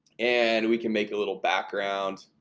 and we can make a little background